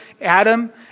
Adam